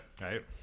right